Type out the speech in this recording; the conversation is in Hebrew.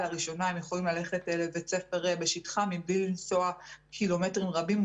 לראשונה הם יכולים ללכת לבית ספר בשטחם בלי לנסוע קילומטרים רבים.